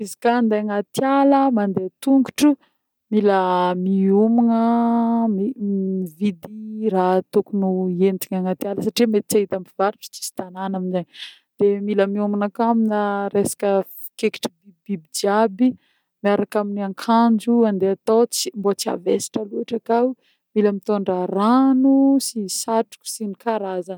Izy koà andeha agnaty ala mandeha tongotro, mila miomagna mi-mividy raha tokony hoentigna agnaty ala satria mety tsy ahita mpivarotro tsisy tanagna aminje, de mila miomagna akô amina resaky kekitry bibibiby jiaby miaraka amin'ny akanjo andeha atô tsy mbô tsy havesatra loatra akao, mila mitôndra rano sy satroko sy ny karazany.